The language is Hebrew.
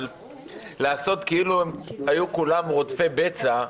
אבל לעשות כאילו הם היו כולם רודפי בצע,